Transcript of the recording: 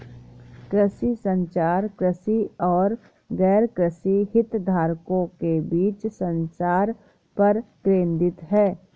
कृषि संचार, कृषि और गैरकृषि हितधारकों के बीच संचार पर केंद्रित है